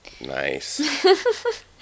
Nice